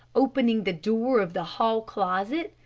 opening the door of the hall closet,